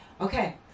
Okay